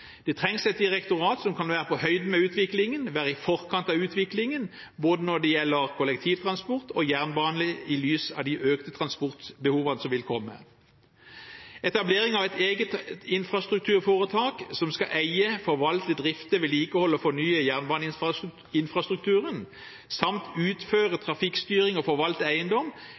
Det trengs et direktorat som kan være på høyde med utviklingen, være i forkant av utviklingen, både når det gjelder kollektivtransport og jernbane, i lys av de økte transportbehovene som vil komme. Etablering av et eget infrastrukturforetak som skal eie, forvalte, drifte, vedlikeholde og fornye jernbaneinfrastrukturen, samt utføre